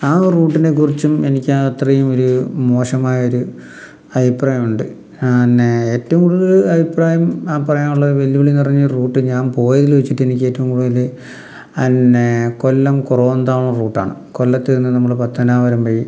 ആ റൂട്ടിനെക്കുറിച്ചും എനിക്ക് അത്രയും ഒരു മോശമായൊരു അഭിപ്രായമുണ്ട് പിന്നെ ഏറ്റവും കൂടുതൽ അഭിപ്രായം ആ പറയാനുള്ള വെല്ലുവിളി നിറഞ്ഞ റൂട്ട് ഞാൻ പോയതിൽ വെച്ചിട്ട് എനിക്ക് ഏറ്റവും കൂടുതൽ പിന്നെ കൊല്ലം കുറവന്താവുന്ന റൂട്ടാണ് കൊല്ലത്തന്ന് നമ്മൾ പത്തനാപുരം വഴി